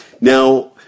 Now